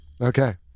Okay